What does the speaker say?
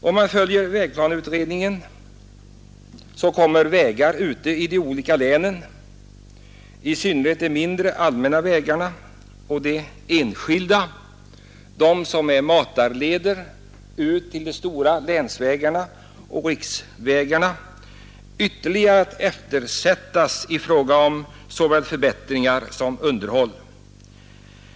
Om vägplaneutredningen följs, kommer vägar ute i de olika länen, i synnerhet de mindre, allmänna vägarna och de enskilda vägarna, som är matarleder ut till de stora länsvägarna och riksvägarna, att ytterligare eftersättas i fråga om såväl förbättringar som underhåll.